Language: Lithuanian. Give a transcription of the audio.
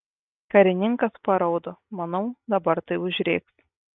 karininkas paraudo manau dabar tai užrėks